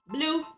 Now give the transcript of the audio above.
Blue